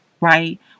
Right